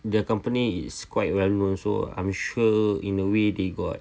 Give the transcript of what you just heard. the company is quite well known so I'm sure in a way they got